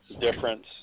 difference